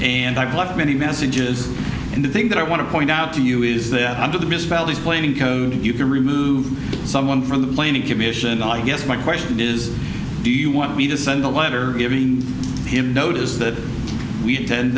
and i've left many messages and the thing that i want to point out to you is that under the misspelled explaining you can remove someone from the planning commission i guess my question is do you want me to send a letter giving him notice that we tend